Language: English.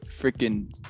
freaking